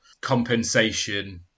compensation